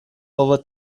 over